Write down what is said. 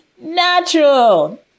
natural